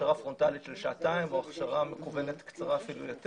הכשרה פרונטלית של שעתיים או הכשרה מקוונת קצרה אפילו יותר